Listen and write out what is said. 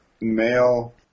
male